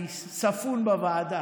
אני ספון בוועדה,